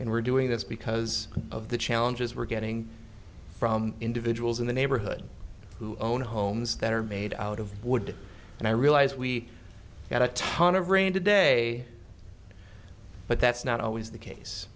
and we're doing this because of the challenges we're getting from individuals in the neighborhood who own homes that are made out of wood and i realize we got a ton of rain today but that's not always the case